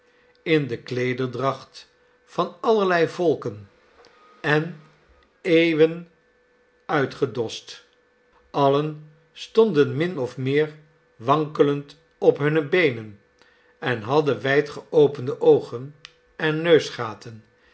in de kleederdracht van allerlei volken en eeuwen uitgedost allen stonden min of meer wankelend op hunne beenen en hadden wijdgeopende oogen en